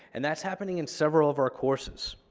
and that's happening in several of our courses.